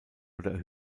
oder